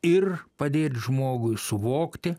ir padėt žmogui suvokti